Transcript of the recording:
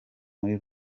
muri